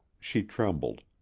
she trembled.